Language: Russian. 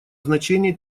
значение